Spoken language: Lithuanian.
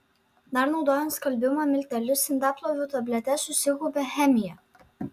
dar naudojant skalbimo miltelius indaplovių tabletes susikaupia chemija